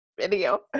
video